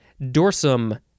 Dorsum